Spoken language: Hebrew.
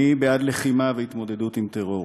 אני בעד לחימה והתמודדות עם הטרור.